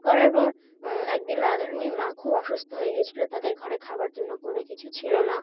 করার পর একদিন রাধারণীর মা খুব অসুস্থ হয়ে গিয়েছিলো তাদের ঘরে খাওয়ার জন্য কোনো কিছু ছিল না